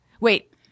Wait